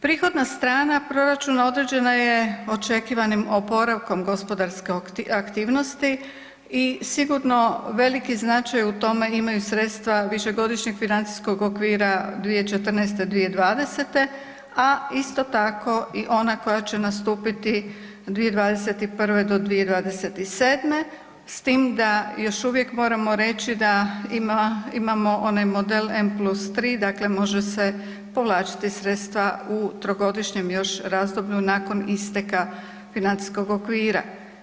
Prihodna strana proračuna određena je očekivanim oporavkom gospodarske aktivnosti i sigurno veliki značaj u tome imaju sredstva višegodišnjeg financijskog okvira 2014.-2020., a isto tako i ona koja će nastupiti 2021.-2027., s tim da još uvijek moramo reći da imamo onaj model N+3 dakle može se povlačiti sredstva u trogodišnjem još razdoblju nakon isteka financijskog okvira.